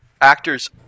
actors